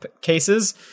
cases